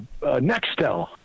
Nextel